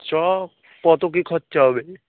চ কত কী খরচা হবে